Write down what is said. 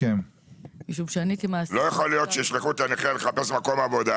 לא יכול להיות שישלחו את הנכה לחפש מקום עבודה